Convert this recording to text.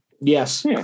Yes